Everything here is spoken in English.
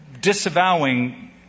disavowing